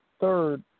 third